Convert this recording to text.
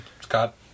Scott